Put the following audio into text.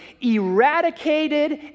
eradicated